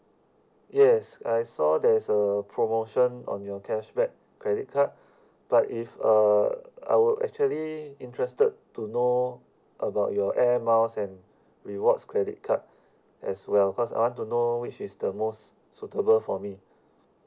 yes I saw there's a promotion on your cashback credit card but if uh I would actually interested to know about your air miles and rewards credit card as well cause I want to know which is the most suitable for me